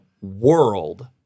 world